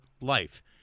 life